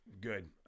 good